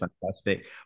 fantastic